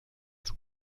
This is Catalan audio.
els